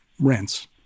rents